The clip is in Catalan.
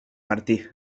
martí